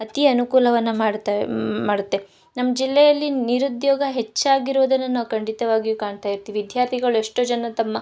ಅತೀ ಅನುಕೂಲವನ್ನು ಮಾಡುತ್ತವೆ ಮಾಡುತ್ತೆ ನಮ್ಮ ಜಿಲ್ಲೆಯಲ್ಲಿ ನಿರುದ್ಯೋಗ ಹೆಚ್ಚಾಗಿ ಇರುವುದನ್ನ ನಾವು ಖಂಡಿತವಾಗಿಯು ಕಾಣ್ತಾ ಇರ್ತೀವಿ ವಿದ್ಯಾರ್ಥಿಗಳು ಎಷ್ಟೋ ಜನ ತಮ್ಮ